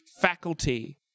faculty